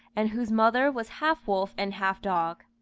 and whose mother was half wolf and half dog.